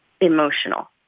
emotional